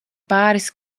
pāris